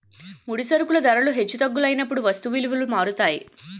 ముడి సరుకుల ధరలు హెచ్చు తగ్గులైనప్పుడు వస్తువు విలువలు మారుతాయి